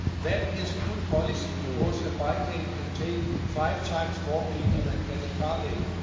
that is good policy because a bike lane can take five times more people than can a car lane.